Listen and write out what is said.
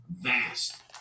vast